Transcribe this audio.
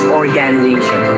organization